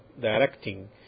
directing